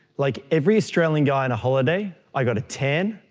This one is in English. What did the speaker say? like every australian guy on a holiday, i got a tan,